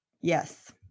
Yes